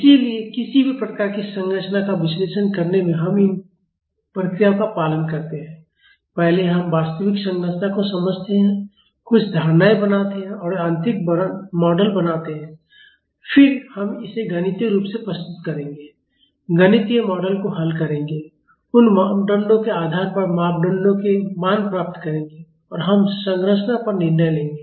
इसलिए किसी भी प्रकार की संरचना का विश्लेषण करने में हम इन प्रक्रियाओं का पालन करते हैं पहले हम वास्तविक संरचना को समझते हैं कुछ धारणाएँ बनाते हैं और यांत्रिक मॉडल बनाते हैं फिर हम इसे गणितीय रूप से प्रस्तुत करेंगे गणितीय मॉडल को हल करेंगे उन मापदंडों के आधार पर मापदंडों के मान प्राप्त करेंगे और हम संरचना पर निर्णय लेंगे